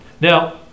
Now